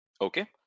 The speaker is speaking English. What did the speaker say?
okay